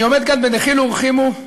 אני עומד בדחילו ורחימו כאן,